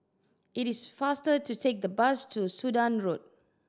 it is faster to take the bus to Sudan Road